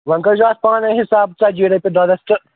وَنۍ کٔرۍ زیو اتھ پانے حِساب ژتجی رۄپیہِ دۄدس تہٕ